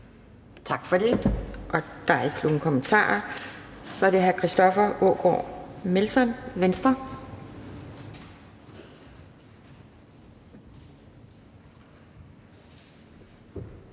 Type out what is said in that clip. Tak for det. Der er ikke nogen korte bemærkninger. Så er det hr. Christoffer Aagaard Melson, Venstre.